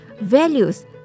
values